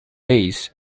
days